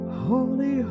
Holy